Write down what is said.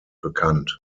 bekannt